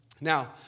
Now